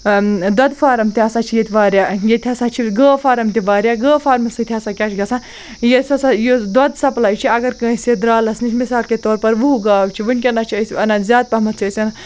دۄدٕ فارَم تہِ ہَسا چھِ ییٚتہِ واریاہ ییٚتہِ ہَسا چھِ گٲو فارَم تہِ واریاہ گٲو فارمہِ سۭتۍ ہَسا کیٛاہ چھِ گژھان یُس ہَسا یُس دۄدٕ سَپلاے چھِ اگر کٲنٛسہِ درٛالَس نِش مِثال کے طور پر وُہ گاوٕ چھِ وٕنۍکٮ۪نَس چھِ أسۍ اَنان زیادٕ پَہمَتھ چھِ أسۍ